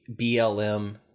blm